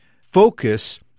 focus